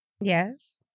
yes